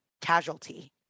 casualty